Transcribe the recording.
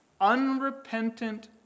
Unrepentant